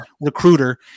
recruiter